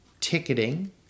ticketing